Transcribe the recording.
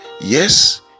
yes